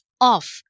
off